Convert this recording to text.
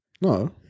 No